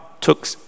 took